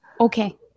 Okay